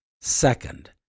Second